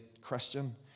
Christian